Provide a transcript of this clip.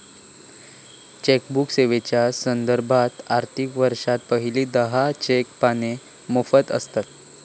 chequebook सेवेच्यो संदर्भात, आर्थिक वर्षात पहिली दहा चेक पाने मोफत आसतत